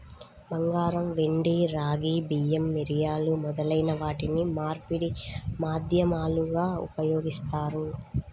బంగారం, వెండి, రాగి, బియ్యం, మిరియాలు మొదలైన వాటిని మార్పిడి మాధ్యమాలుగా ఉపయోగిత్తారు